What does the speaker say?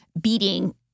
beating